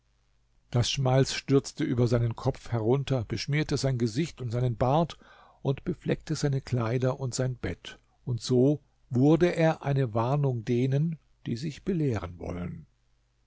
das schmalz stürzte über seinen kopf herunter beschmierte sein gesicht und seinen bart und befleckte seine kleider und sein bett und so wurde er eine warnung denen die sich belehren wollen